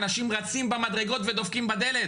אנשים רצים במדרגות ודופקים בדלת,